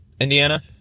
Indiana